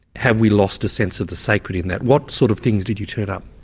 have we lost a sense of the sacred in that? what sort of things did you turn up?